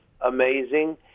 amazing